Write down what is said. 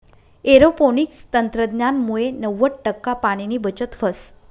aeroponics तंत्रज्ञानमुये नव्वद टक्का पाणीनी बचत व्हस